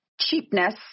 cheapness